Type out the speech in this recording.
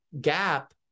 gap